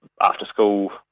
after-school